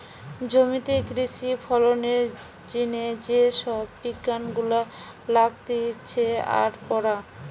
জমিতে কৃষি ফলনের জিনে যে সব বিজ্ঞান গুলা লাগতিছে তার পড়া